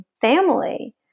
family